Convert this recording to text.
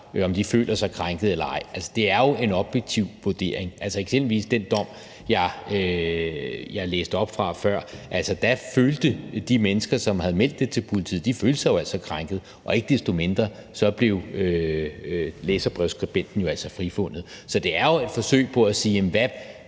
om folk føler sig krænket eller ej. Altså, der er jo tale om en objektiv vurdering. Eksempelvis i den dom, jeg læste op fra før, følte de mennesker, som havde meldt det til politiet, sig jo krænket, og ikke desto mindre blev læserbrevsskribenten altså frifundet. Så det er jo et forsøg på at sige, hvad